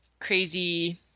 crazy